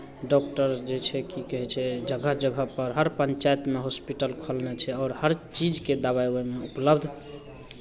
doctor जे छै की कहै छै जगह जगहपर हर पञ्चायतमे हॉस्पिटल खोलने छै आओर हर चीजके दबाइ ओहिमे उपलब्ध